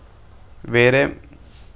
వేరే